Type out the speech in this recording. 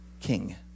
king